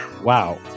Wow